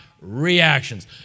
reactions